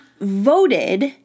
voted